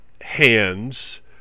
hands